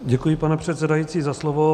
Děkuji, pane předsedající, za slovo.